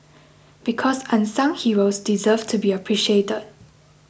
because unsung heroes deserve to be appreciated